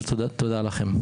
תודה לכם.